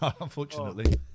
Unfortunately